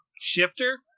Shifter